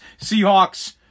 Seahawks